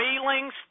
feelings